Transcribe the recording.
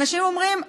אנשים אומרים: